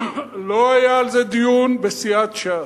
לא היה על זה דיון בסיעת ש"ס.